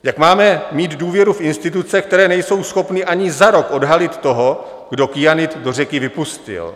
Jak máme mít důvěru v instituce, které nejsou schopny ani za rok odhalit toho, kdo kyanid do řeky vypustil?